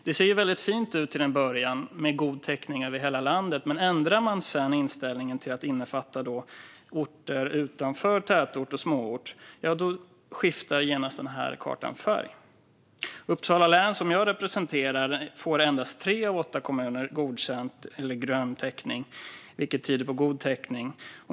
Det ser väldigt fint ut till en början, med god täckning i hela landet. Men om man sedan ändrar inställningen till att innefatta orter utanför tätort och små orter skiftar genast kartan färg. I Uppsala län, som jag representerar, får endast tre av åtta kommuner godkänt eller grön täckning, vilket tyder på god täckning.